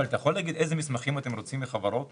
אתה יכול להגיד איזה מסמכים אתם רוצים מחברות?